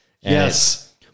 Yes